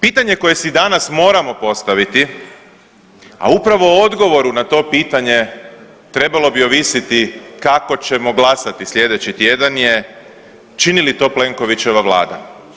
Pitanje koje si danas moramo postaviti, a upravo u odgovoru na to pitanje trebalo bi ovisiti kako ćemo glasati slijedeći tjedan je, čini li to Plenkovićeva vlada?